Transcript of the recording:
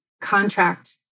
contract